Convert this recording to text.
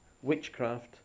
witchcraft